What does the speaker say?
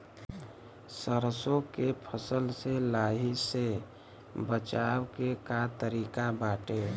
सरसो के फसल से लाही से बचाव के का तरीका बाटे?